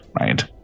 right